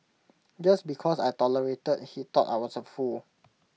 just because I tolerated he thought I was A fool